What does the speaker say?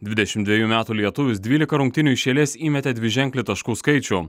dvidešim dvejų metų lietuvis dvylika rungtynių iš eilės įmetė dviženklį taškų skaičių